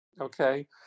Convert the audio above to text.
okay